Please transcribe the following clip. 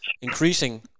increasing